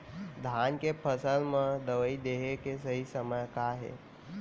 धान के फसल मा दवई देहे के सही समय का हे?